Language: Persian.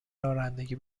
رانندگی